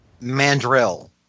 Mandrill